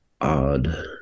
odd